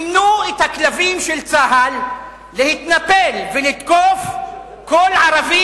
אימנו את הכלבים של צה"ל להתנפל ולתקוף כל ערבי